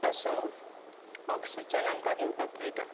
असो ऑक्सिजन आमकां घेवपाक मेळटा